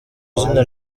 izina